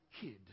kid